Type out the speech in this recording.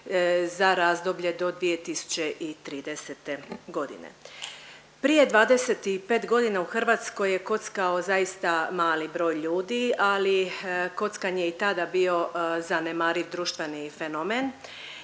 za razdoblje do 2030. g. Prije 25 godina u Hrvatskoj je kockao zaista mali broj ljudi, ali kockanje je i tada bio zanemariv društveni fenomen.